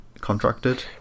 contracted